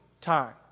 time